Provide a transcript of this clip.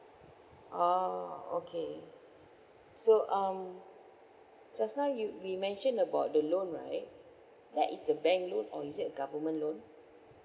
orh okay so um just now you we mentioned about the loan right that is the bank loan or is it government loan